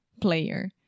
player